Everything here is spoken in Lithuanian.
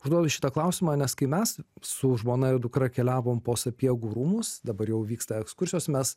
užduodu šitą klausimą nes kai mes su žmona ir dukra keliavom po sapiegų rūmus dabar jau vyksta ekskursijos mes